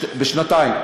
בשנתיים.